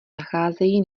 nacházejí